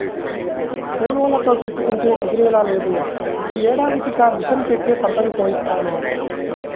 కూలోళ్ళతో పెట్టుకుంటే కుదిరేలా లేదు, యీ ఏడాదికి ఇక మిషన్ పెట్టే పంటని కోయిత్తాను